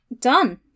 Done